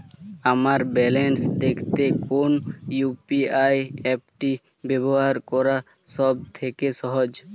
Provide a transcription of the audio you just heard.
আমার ব্যালান্স দেখতে কোন ইউ.পি.আই অ্যাপটি ব্যবহার করা সব থেকে সহজ?